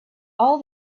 all